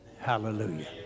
hallelujah